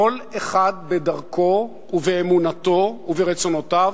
כל אחד בדרכו ובאמונתו וברצונותיו,